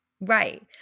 Right